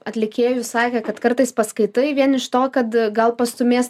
atlikėjų sakė kad kartais paskaitai vien iš to kad gal pastūmės